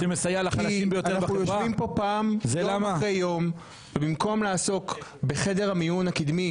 כי אנחנו יושבים כאן ובמקום לעסוק בחדר המיון הקדמי